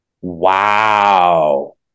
Wow